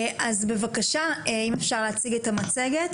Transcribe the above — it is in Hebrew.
אז בבקשה, אם אפשר להציג את המצגת